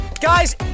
Guys